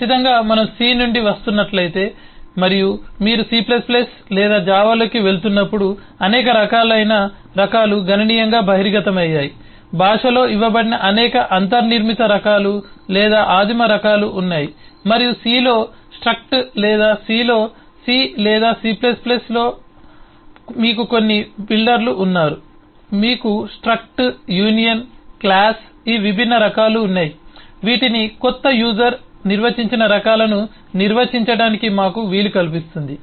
ఖచ్చితంగా మనము సి నుండి వస్తున్నట్లయితే మరియు మీరు C లేదా జావాలోకి వెళుతున్నప్పుడు అనేక రకాలైన రకాలు గణనీయంగా బహిర్గతమయ్యాయి భాషలో ఇవ్వబడిన అనేక అంతర్నిర్మిత రకాలు లేదా ఆదిమ రకాలు ఉన్నాయి మరియు సి లో స్ట్రక్ట్ లేదా సి లో సి లేదా C లోC or struct or union in C or in C మీకు కొన్ని బిల్డర్లు ఉన్నారు మీకు స్ట్రక్ట్ యూనియన్ క్లాస్struct union class ఈ విభిన్న రకాలు ఉన్నాయి వీటిని కొత్త యూజర్ నిర్వచించిన రకాలను నిర్వచించటానికి మాకు వీలు కల్పిస్తుంది